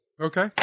Okay